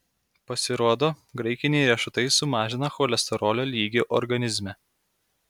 pasirodo graikiniai riešutai sumažina cholesterolio lygį organizme